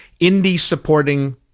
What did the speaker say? indie-supporting